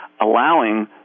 allowing